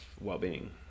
well-being